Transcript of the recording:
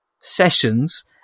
sessions